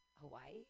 Hawaii